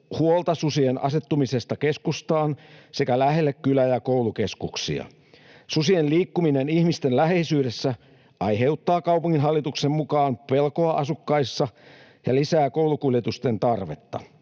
huolta susien asettumisesta keskustaan sekä lähelle kylä- ja koulukeskuksia. Susien liikkuminen ihmisten läheisyydessä aiheuttaa kaupunginhallituksen mukaan pelkoa asukkaissa ja lisää koulukuljetusten tarvetta.